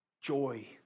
joy